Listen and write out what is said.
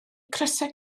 crysau